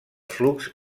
flux